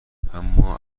اما